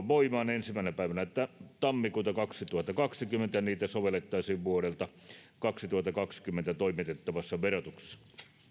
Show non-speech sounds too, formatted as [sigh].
[unintelligible] voimaan ensimmäisenä päivänä tammikuuta kaksituhattakaksikymmentä ja niitä sovellettaisiin vuodelta kaksituhattakaksikymmentä toimitettavassa verotuksessa